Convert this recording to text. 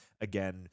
again